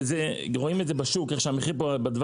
וזה רואים את זה בשוק איך שהמחיר פה בדבש